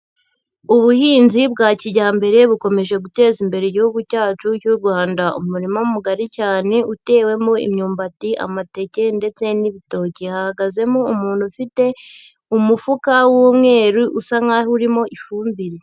Ubuhinzi bwa kijyambere bukomeje guteza imbere Igihugu cyacu cy'u Rwanda, umurima mugari cyane utewemo imyumbati, amateke ndetse n'ibitoki, hahagazemo umuntu ufite umufuka w'umweru usa nk'aho urimo ifumbire.